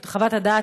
את חוות הדעת,